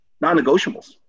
non-negotiables